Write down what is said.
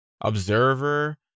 Observer